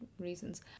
reasons